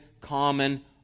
common